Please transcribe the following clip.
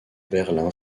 berlin